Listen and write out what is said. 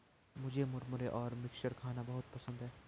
मुझे मुरमुरे और मिक्सचर खाना बहुत पसंद है